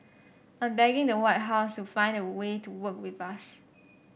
I'm begging the White House to find a way to work with us